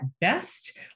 best